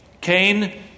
Cain